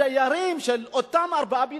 הדיירים של אותם ארבעה בניינים.